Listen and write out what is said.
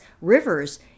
rivers